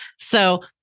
So-